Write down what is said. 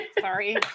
Sorry